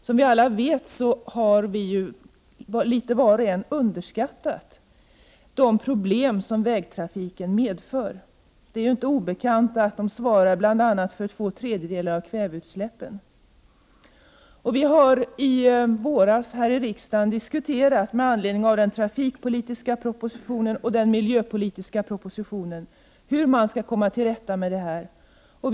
Som vi alla vet har vi litet var underskattat de problem som vägtrafiken medför. Det är inte obekant att trafiken bl.a. svarar för två tredjedelar av kväveutsläppen. Vi har i våras i riksdagen med anledning av den trafikpolitiska propositionen och den miljöpolitiska propositionen diskuterat hur man skall komma till rätta med dessa utsläpp.